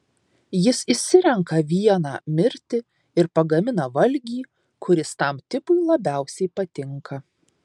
jis išsirenka vieną mirti ir pagamina valgį kuris tam tipui labiausiai patinka